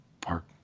Park